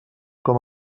com